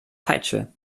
peitsche